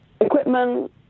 equipment